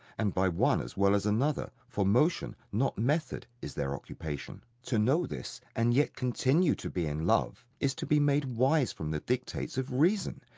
and by one as well as another for motion, not method, is their occupation. to know this, and yet continue to be in love, is to be made wise from the dictates of reason,